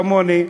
כמוני,